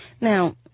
Now